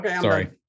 Sorry